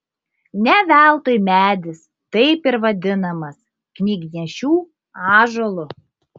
ne veltui medis taip ir vadinamas knygnešių ąžuolu